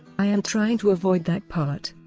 i am trying to avoid that part,